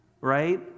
right